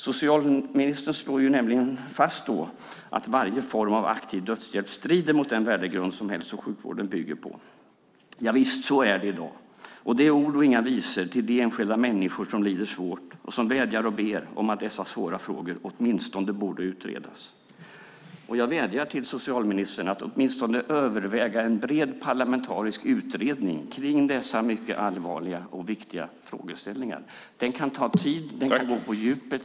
Socialministern slår nämligen fast att "varje form av aktiv dödshjälp strider mot den värdegrund som hälso och sjukvården bygger på". Javisst, så är det i dag. Det är ord och inga visor till de enskilda människor som lider svårt och som vädjar och ber om att dessa svåra frågor åtminstone borde utredas. Jag vädjar till socialministern att åtminstone överväga en bred parlamentarisk utredning kring dessa mycket allvarliga och viktiga frågeställningar. Den kan ta tid. Den kan gå på djupet.